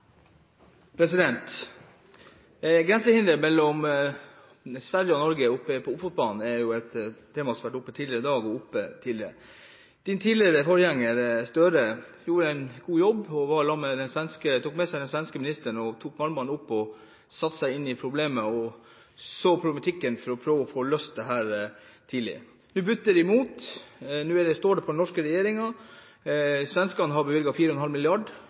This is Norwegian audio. mellom Sverige og Norge når det gjelder Ofotbanen er et tema som har vært oppe tidligere. Din forgjenger Gahr Støre gjorde en god jobb og tok med seg den svenske ministeren på Malmbanen, satte ham inn i problemet og så på problematikken for å prøve å få løst dette tidlig. Det butter imot. Nå står det på den norske regjeringen. Svenskene har bevilget 4,5